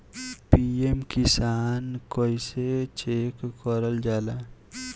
PM Kisan कइसे check करल जाला?